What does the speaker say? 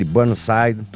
Burnside